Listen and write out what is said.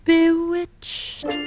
Bewitched